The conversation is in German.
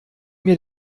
mir